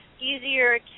easier